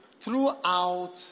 throughout